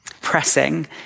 pressing